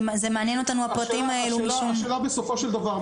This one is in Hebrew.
זה מעניין הפרטים האלו ש --- השאלה בסופו של דבר,